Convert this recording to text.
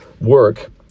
work